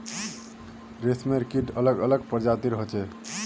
रेशमेर कीट अलग अलग प्रजातिर होचे